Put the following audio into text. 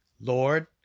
Lord